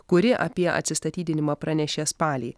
kuri apie atsistatydinimą pranešė spalį